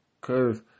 Cause